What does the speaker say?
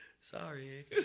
Sorry